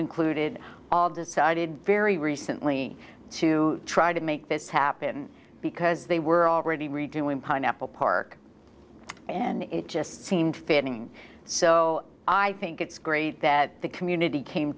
included all decided very recently to try to make this happen because they were already redoing pineapple park and it just seemed fitting so i think it's great that the community came